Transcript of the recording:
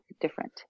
different